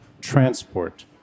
transport